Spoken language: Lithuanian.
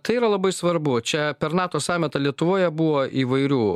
tai yra labai svarbu čia per nato samitą lietuvoje buvo įvairių